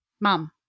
Mom